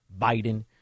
Biden